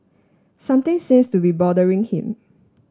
something seems to be bothering him